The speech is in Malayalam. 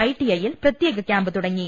ഐ ടി ഐ യിൽ പ്രത്യേക ക്യാംപ് തുട ങ്ങി